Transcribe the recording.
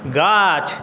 গাছ